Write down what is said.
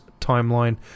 timeline